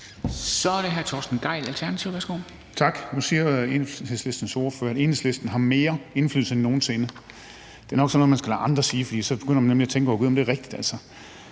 Kl. 13:58 Torsten Gejl (ALT): Tak. Nu siger Enhedslistens ordfører, at Enhedslisten har mere indflydelse end nogen sinde før. Det er nok sådan noget, man skal lade andre sige, for så begynder man nemlig at tænke: Gad vide, om det er rigtigt.